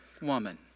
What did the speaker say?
woman